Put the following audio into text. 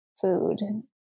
food